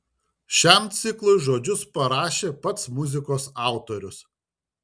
šiam ciklui žodžius parašė pats muzikos autorius